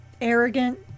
arrogant